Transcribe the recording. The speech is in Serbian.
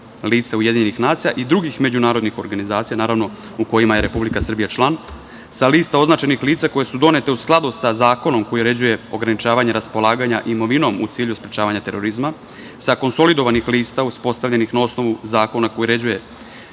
lista označenih lica UN i drugih međunarodnih organizacija, naravno u kojima je Republika Srbija član, sa lista označenih lica koja su doneta u skladu sa zakonom koje uređuje ograničavanje raspolaganje imovinom, u cilju sprečavanja terorizma, i sa konsolidovanih lista, na osnovu zakona koji uređuje